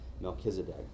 Melchizedek